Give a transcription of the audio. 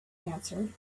answered